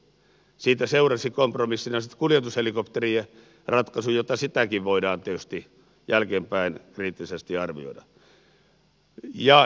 siitä seurasi kompromissina sitten kuljetushelikopteriratkaisu jota sitäkin voidaan tietysti jälkeenpäin kriittisesti arvioida